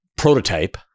prototype